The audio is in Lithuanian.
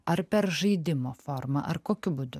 ar per žaidimo formą ar kokiu būdu